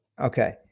Okay